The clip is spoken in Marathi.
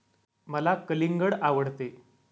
मला कलिंगड आवडते